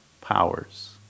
powers